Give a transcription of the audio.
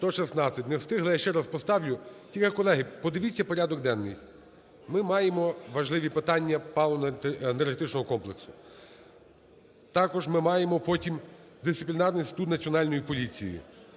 116. Не встигли. Я ще раз поставлю. Тільки, колеги, подивіться порядок денний. Ми маємо важливі питання паливно-енергетичного комплексу. Також ми маємо потім дисциплінарний статут Національної поліції,